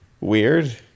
weird